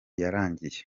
yarangiye